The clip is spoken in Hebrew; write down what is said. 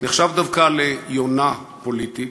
נחשב דווקא ליונה פוליטית,